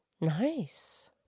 Nice